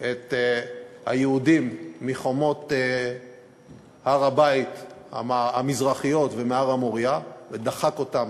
את היהודים מחומות הר-הבית המזרחיות ומהר-המוריה ודחק אותם,